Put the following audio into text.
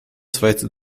zweite